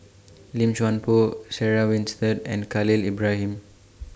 Lim Chuan Poh Sarah Winstedt and Khalil Ibrahim